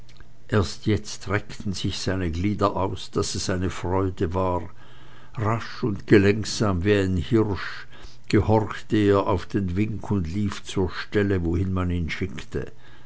erst jetzt reckten sich seine glieder aus daß es eine freude war rasch und gelenksam wie ein hirsch gehorchte er auf den wink und lief zur stelle wohin man ihn schickte